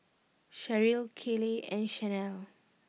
Cheryle Kayleigh and Chanelle